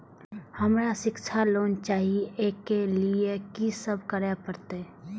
हमरा शिक्षा लोन चाही ऐ के लिए की सब करे परतै?